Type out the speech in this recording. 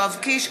יואב קיש,